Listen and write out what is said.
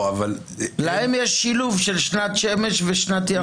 להם יש שילוב של שנת שמש ושנת ירח.